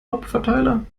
hauptverteiler